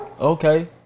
Okay